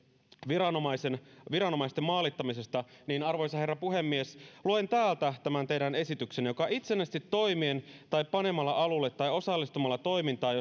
viranomaisten maalittamisesta niin arvoisa herra puhemies luen täältä tämän teidän esityksenne joka itsenäisesti toimien tai panemalla alulle tai osallistumalla toimintaan